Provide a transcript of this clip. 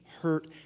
hurt